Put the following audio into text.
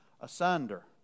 asunder